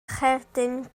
cherdyn